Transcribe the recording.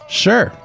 sure